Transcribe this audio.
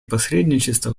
посредничества